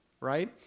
right